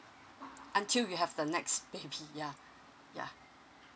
until you have the next baby yeah yeah